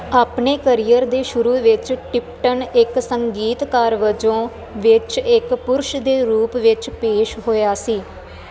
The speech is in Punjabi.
ਆਪਣੇ ਕਰੀਅਰ ਦੇ ਸ਼ੁਰੂ ਵਿੱਚ ਟਿਪਟਨ ਇੱਕ ਸੰਗੀਤਕਾਰ ਵਜੋਂ ਵਿੱਚ ਇੱਕ ਪੁਰਸ਼ ਦੇ ਰੂਪ ਵਿੱਚ ਪੇਸ਼ ਹੋਇਆ ਸੀ